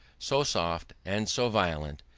so soft and so violent,